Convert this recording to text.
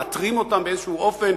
מאתרים אותם באיזה אופן,